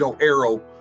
arrow